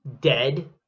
dead